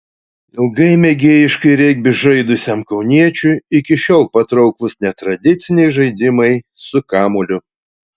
ilgai mėgėjiškai regbį žaidusiam kauniečiui iki šiol patrauklūs netradiciniai žaidimai su kamuoliu